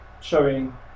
showing